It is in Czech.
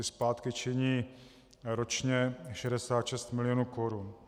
Splátky činí ročně 66 milionů korun.